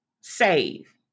save